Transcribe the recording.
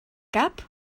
cap